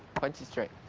punch it straight.